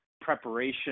preparation